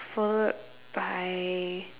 followed by